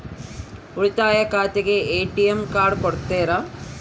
ಉಳಿತಾಯ ಖಾತೆಗೆ ATM card ಕೊಡ್ತೇರಿ?